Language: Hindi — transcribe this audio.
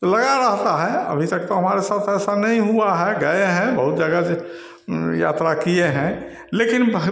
लगा रहता है अभी तक तो हमारे साथ ऐसा नहीं हुआ है गए हैं बहुत जगह से यात्रा किए हैं लेकिन